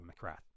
McCrath